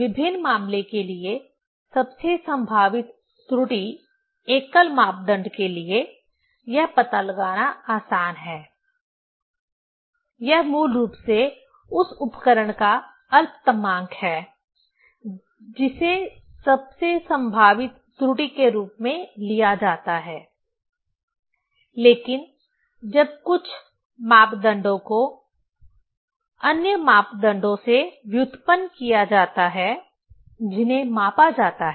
विभिन्न मामले के लिए सबसे संभावित त्रुटि एकल मापदंड के लिए यह पता लगाना आसान है यह मूल रूप से उस उपकरण का अल्पतमांक है जिसे सबसे संभावित त्रुटि के रूप में लिया जाता है लेकिन जब कुछ मापदंडों को अन्य मापदंडों से व्युत्पन्न किया जाता है जिन्हें मापा जाता है